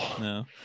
No